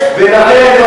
לכן,